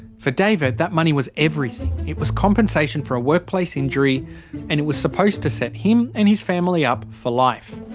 for david, that money was everything. it was compensation for a workplace injury and it was supposed to set him and his family up for life.